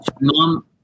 Mom